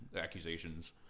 accusations